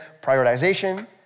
prioritization